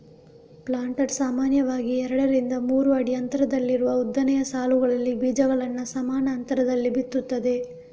planter ಸಾಮಾನ್ಯವಾಗಿ ಎರಡರಿಂದ ಮೂರು ಅಡಿ ಅಂತರದಲ್ಲಿರುವ ಉದ್ದನೆಯ ಸಾಲುಗಳಲ್ಲಿ ಬೀಜಗಳನ್ನ ಸಮಾನ ಅಂತರದಲ್ಲಿ ಬಿತ್ತುತ್ತದೆ